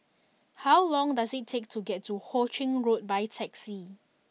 how long does it take to get to Ho Ching Road by taxi